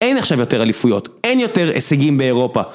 אין עכשיו יותר אליפויות, אין יותר הישגים באירופה.